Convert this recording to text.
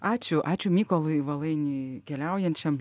ačiū ačiū mykolui valainiui keliaujančiam